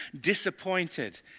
Disappointed